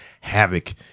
havoc